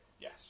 Yes